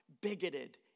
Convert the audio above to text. bigoted